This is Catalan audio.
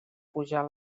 pujar